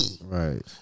Right